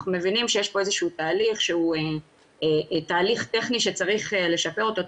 אנחנו מבינים שיש פה תהליך טכני שצריך לשפר אותו,